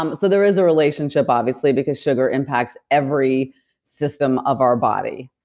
um so, there is a relationship obviously because sugar impacts every system of our body